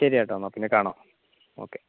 ശരി ചേട്ടാ എന്നാൽപ്പിന്നെ കാണാം ഓക്കെ